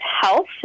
health